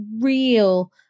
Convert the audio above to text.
real